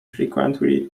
frequently